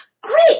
great